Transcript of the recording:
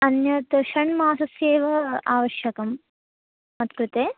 अन्यत् षण्मासस्य एव आवश्यकं मत्कृते